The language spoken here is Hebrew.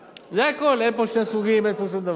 לא, מה פתאום?